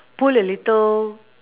pull a little